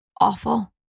awful